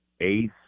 eighth